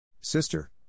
Sister